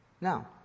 Now